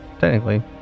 technically